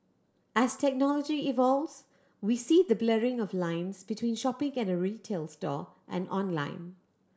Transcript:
as technology evolves we see the blurring of lines between shopping get a retail store and online